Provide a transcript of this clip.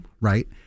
right